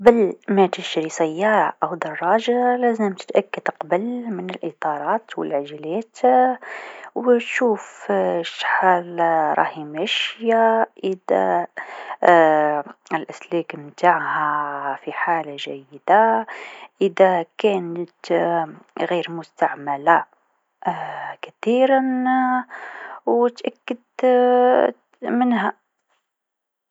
قبل ما تشري سيارة و لا دراجه لازم تتأكد قبل من الإطارات و العجلات و شوف شحال راهي ماشيه إذا الأسلاك نتاعها في حالة جيده، إذا كانت غير مستعمله كثيرا و تأكد منها.